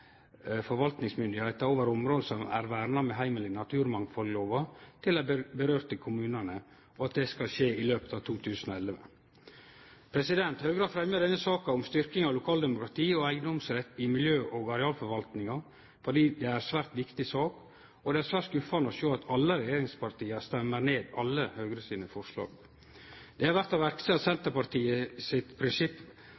over område som er verna med heimel i naturmangfaldlova, til dei berørte kommunane, og at det skal skje i løpet av 2011. Høgre har fremja denne saka om styrking av lokaldemokrati og eigedomsrett i miljø- og arealforvaltninga fordi det er ei svært viktig sak, og det er svært skuffande å sjå at alle regjeringspartia stemmer ned alle Høgre sine forslag. Det er verdt å